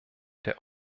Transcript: der